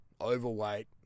overweight